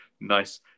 nice